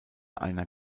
einer